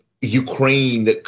Ukraine